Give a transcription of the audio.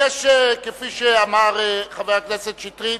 כפי שאמר חבר הכנסת שטרית,